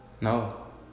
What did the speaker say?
No